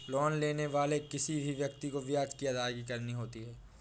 loan लेने वाले किसी भी व्यक्ति को ब्याज की अदायगी करनी होती है